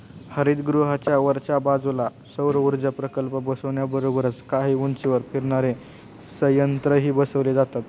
हरितगृहाच्या वरच्या बाजूला सौरऊर्जा प्रकल्प बसवण्याबरोबरच काही उंचीवर फिरणारे संयंत्रही बसवले जातात